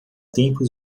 tempos